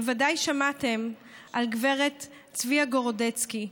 בוודאי שמעתם על גברת צביה גורודצקי,